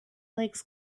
legs